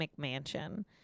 McMansion